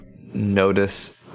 notice